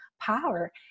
power